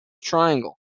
triangle